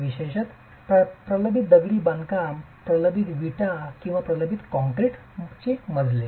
विशेषतः प्रबलित दगडी बांधकाम प्रबलित वीट किंवा प्रबलित काँक्रीट मजले